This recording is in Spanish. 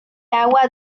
agua